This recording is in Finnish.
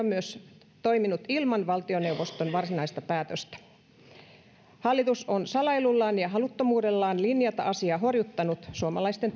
myös toiminut ilman valtioneuvoston varsinaista päätöstä hallitus on salailullaan ja haluttomuudellaan linjata asiaa horjuttanut suomalaisten